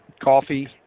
coffee